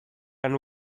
and